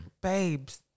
babes